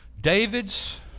David's